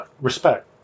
Respect